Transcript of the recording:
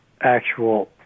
Actual